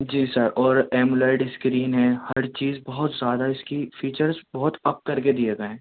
جی sir اور AMOLED screen ہے ہر چیز بہت زیادہ ِاس کی فیچرس بہت اپ کر کے دیے گئے ہیں